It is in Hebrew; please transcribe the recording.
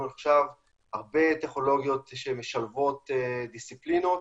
עכשיו הרבה טכנולוגיות שמשלבות דיסציפלינות,